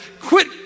Quit